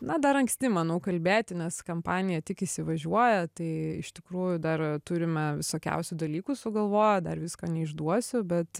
na dar anksti manau kalbėti nes kampanija tik įsivažiuoja tai iš tikrųjų dar turime visokiausių dalykų sugalvoję dar visko neišduosiu bet